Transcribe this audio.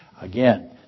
Again